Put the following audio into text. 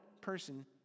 person